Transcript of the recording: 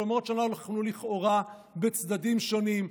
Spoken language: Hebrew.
ולמרות שאנחנו לכאורה בצדדים שונים,